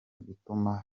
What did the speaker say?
gutuma